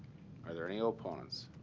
are there any ah opponents?